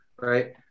right